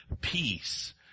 peace